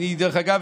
דרך אגב,